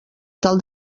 tal